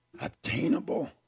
obtainable